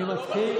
בסדר,